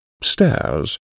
stairs